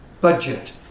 budget